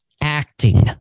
acting